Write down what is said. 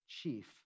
chief